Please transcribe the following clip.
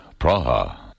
Praha